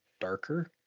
darker